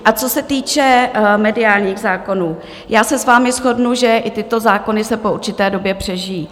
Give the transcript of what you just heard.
A co se týče mediálních zákonů, já se s vámi shodnu, že i tyto zákony se po určité době přežijí.